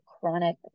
chronic